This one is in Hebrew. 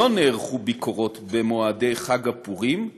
לא נערכו ביקורות במועדי חג הפורים,